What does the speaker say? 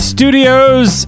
Studios